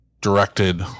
directed